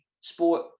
sport